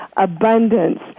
abundance